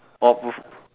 oh both